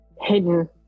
hidden